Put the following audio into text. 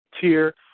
tier